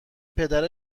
پدر